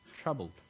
troubled